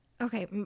Okay